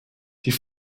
die